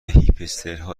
هیپسترها